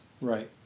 Right